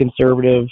conservative